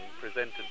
presented